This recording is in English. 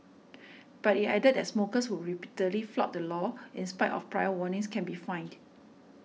but it added that smokers who repeatedly flout the law in spite of prior warnings can be fined